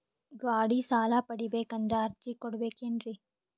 ಗಾಡಿ ಸಾಲ ಪಡಿಬೇಕಂದರ ಅರ್ಜಿ ಕೊಡಬೇಕೆನ್ರಿ?